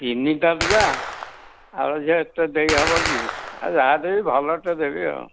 ତିନିଟା ଲୁଗା ଆଉ ଝିଅ ଏତେ ଦେଇହେବ କି ଯାହା ଦେବି ଭଲଟେ ଦେବି ଆଉ